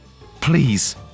Please